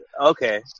Okay